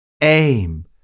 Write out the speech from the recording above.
Aim